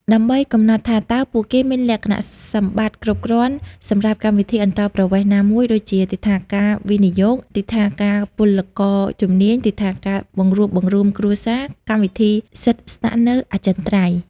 ដើម្បីកំណត់ថាតើពួកគេមានលក្ខណៈសម្បត្តិគ្រប់គ្រាន់សម្រាប់កម្មវិធីអន្តោប្រវេសន៍ណាមួយ ដូចជាទិដ្ឋាការវិនិយោគ ទិដ្ឋាការពលករជំនាញ ទិដ្ឋាការបង្រួបបង្រួមគ្រួសារ កម្មវិធីសិទ្ធិស្នាក់នៅអចិន្ត្រៃយ៍។